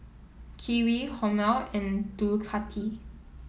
Kiwi Hormel and Ducati